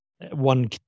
one